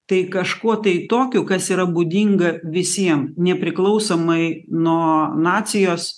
tai kažkuo tai tokiu kas yra būdinga visiem nepriklausomai nuo nacijos